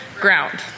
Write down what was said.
Ground